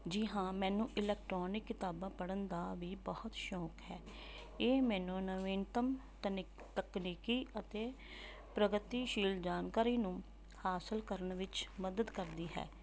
ਜੀ ਹਾਂ ਮੈਨੂੰ ਇਲੈਕਟ੍ਰੋਨਿਕ ਕਿਤਾਬਾਂ ਪੜ੍ਹਨ ਦਾ ਵੀ ਬਹੁਤ ਸ਼ੌਂਕ ਹੈ ਇਹ ਮੈਨੂੰ ਨਵੀਨਤਮ ਤਨਿਕ ਤਕਨੀਕੀ ਅਤੇ ਪ੍ਰਗਤੀਸ਼ੀਲ ਜਾਣਕਾਰੀ ਨੂੰ ਹਾਸਿਲ ਕਰਨ ਵਿੱਚ ਮਦਦ ਕਰਦੀ ਹੈ